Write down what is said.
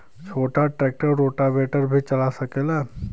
छोटा tractor rotavator भी चला सकेला?